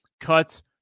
Cuts